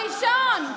הראשון,